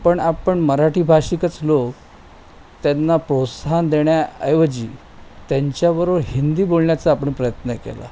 पण आपण मराठी भाषिकच लोक त्यांना प्रोत्साहन देण्याऐवजी त्यांच्याबरोबर हिंदी बोलण्याचा आपण प्रयत्न केला